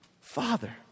Father